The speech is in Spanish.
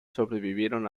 sobrevivieron